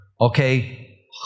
Okay